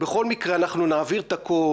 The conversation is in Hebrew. בכל מקרה, אנחנו נעביר את הכול.